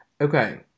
Okay